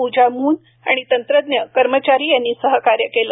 प्रजा मुन आणि तंत्रज्ञ कर्मचारी यांनी सहकार्य केले